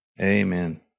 Amen